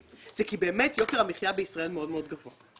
היא כי באמת יוקר המחייה בישראל מאוד מאוד גבוה.